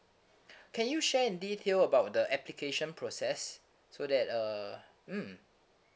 can you share in detail about the application process so that uh mm